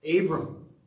Abram